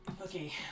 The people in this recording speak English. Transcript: Okay